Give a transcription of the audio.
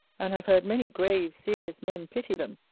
and have heard many grave, serious men pity them,